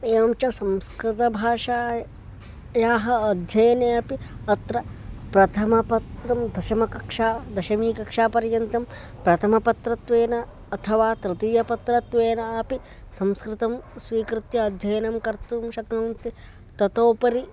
एवं च संस्कृतभाषायाः अध्ययने अपि अत्र प्रथमपत्रं दशमीकक्षा दशमीकक्षापर्यन्तं प्रथमपत्रत्वेन अथवा तृतीयपत्रत्वेनापि संस्कृतं स्वीकृत्य अध्ययनं कर्तुं शक्नुवन्ति ततोपरि